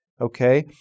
okay